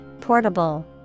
portable